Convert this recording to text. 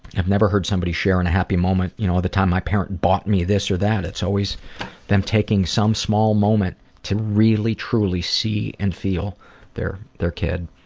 i've never heard somebody share in a happy moment you know the time my parent bought me this or that, it's always them taking some small moment to really truly see and feel their their kid.